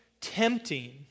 tempting